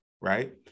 right